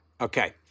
Okay